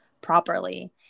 properly